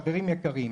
חברים יקרים,